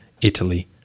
Italy